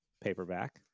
paperback